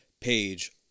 page